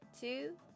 two